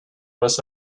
was